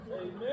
Amen